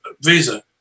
visa